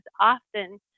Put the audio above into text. often